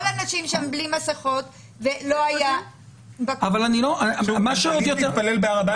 כל האנשים שם בלי מסכות ולא היה --- עלית להתפלל בהר הבית?